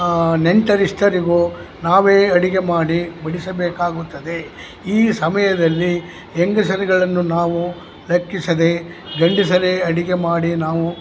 ನೆಂಟರಿಷ್ಟರಿಗೂ ನಾವೇ ಅಡುಗೆ ಮಾಡಿ ಬಡಿಸಬೇಕಾಗುತ್ತದೆ ಈ ಸಮಯದಲ್ಲಿ ಹೆಂಗಸರುಗಳನ್ನು ನಾವು ಲೆಕ್ಕಿಸದೆ ಗಂಡಸರೇ ಅಡುಗೆ ಮಾಡಿ ನಾವು